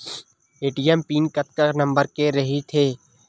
ATM pin कतका number के रही थे?